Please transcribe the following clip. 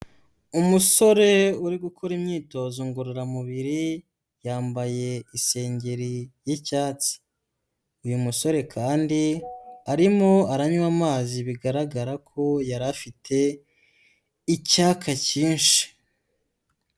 Umusore uri gukora imyitozo ngororamubiri yambaye isengeri y'icyatsi, uyu musore kandi arimo aranywa amazi bigaragara ko yari afite icyaka kinshi.